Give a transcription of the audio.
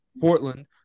Portland